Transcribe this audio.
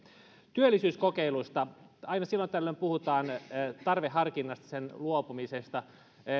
työllisyyskokeiluista aina silloin tällöin puhutaan tarveharkinnasta sen luopumisesta